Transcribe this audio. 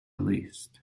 least